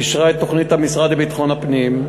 אישרה את תוכנית המשרד לביטחון הפנים,